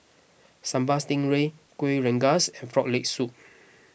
Sambal Stingray Kuih Rengas and Frog Leg Soup